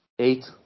Eight